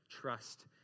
Trust